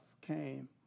came